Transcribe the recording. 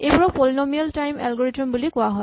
এইবোৰক polynomial time algorithm বুলি কোৱা হয়